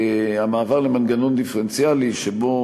המעבר למנגנון דיפרנציאלי, שבו